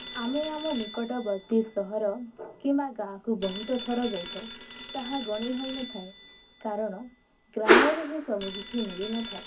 ଆମେ ଆମ ନିକଟବର୍ତ୍ତୀ ସହର କିମ୍ବା ଗାଁକୁ ବହୁତ ଥର ଯାଇଥାଉ ତାହା ଗଣି ହୋଇନଥାଏ କାରଣ ଗ୍ରାମରେ ହିଁ ସବୁକିଛି ମିଳିନଥାଏ